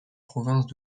provinces